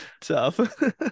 tough